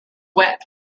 wet